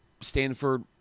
Stanford